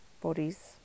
Bodies